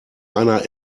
einer